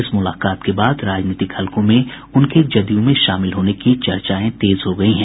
इस मुलाकात के बाद राजनीतिक हलकों में उनके जदयू में शामिल होने की चर्चाएं तेज हो गयी हैं